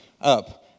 up